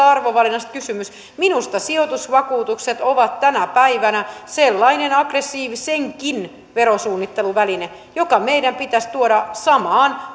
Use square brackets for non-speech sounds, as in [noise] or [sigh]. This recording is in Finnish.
[unintelligible] arvovalinnasta kysymys minusta sijoitusvakuutukset ovat tänä päivänä sellainen aggressiivisenkin verosuunnittelun väline joka meidän pitäisi tuoda samaan [unintelligible]